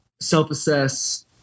self-assess